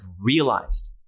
realized